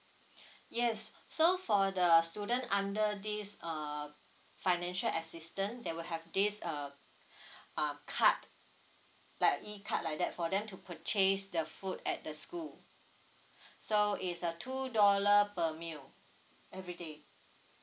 yes so for the student under this err financial assistance they will have this uh uh card like e card like that for them to purchase the food at the school so it's a two dollar per meal everyday